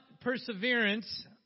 perseverance